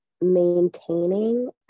maintaining